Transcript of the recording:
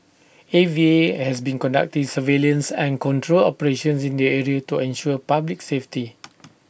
A V A has been conducting surveillance and control operations in the area to ensure public safety